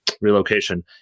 relocation